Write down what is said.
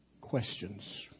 Questions